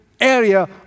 area